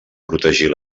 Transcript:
protegir